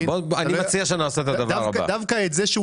אני מציע שנעשה את הדבר הבא --- דווקא את זה שהוא